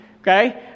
okay